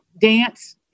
dance